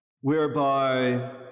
whereby